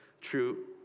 true